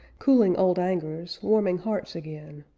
cooling old angers, warming hearts again.